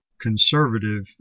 conservative